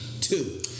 two